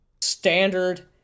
standard